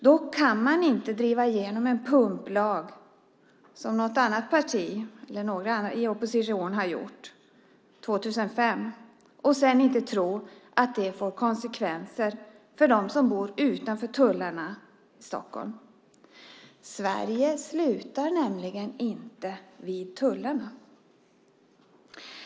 Då kan man inte driva igenom en pumplag, som något parti i oppositionen gjorde 2005, och sedan inte tro att det får konsekvenser för dem som bor utanför tullarna i Stockholm. Sverige slutar nämligen inte vid tullarna.